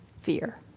fear